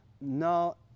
no